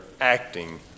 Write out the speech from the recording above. acting